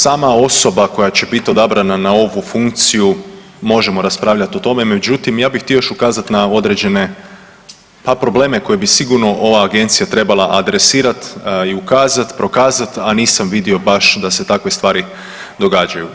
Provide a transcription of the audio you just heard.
Sama osoba koja će bit odabrana na ovu funkciju možemo raspravljati o tome, međutim ja bih htio još ukazat na određenje, a probleme koje bi sigurno ova agencija trebala adresirat i ukazat, prokazat, a nisam vidio baš da se takve stvari događaju.